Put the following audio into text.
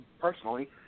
personally